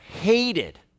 hated